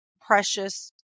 precious